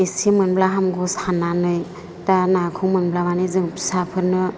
एसे मोनब्ला हामगौ साननानै दा नाखौ मोनलांनानै जों फिसाफोरनो